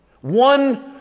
One